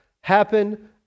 happen